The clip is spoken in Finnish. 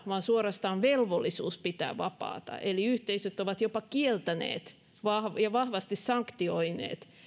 vaan suorastaan velvollisuus pitää vapaata eli yhteisöt ovat jopa kieltäneet ja vahvasti sanktioineet